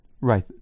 right